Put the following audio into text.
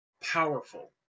powerful